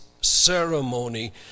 ceremony